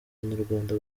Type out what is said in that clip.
banyarwanda